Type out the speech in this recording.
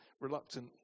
reluctant